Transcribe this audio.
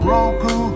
Roku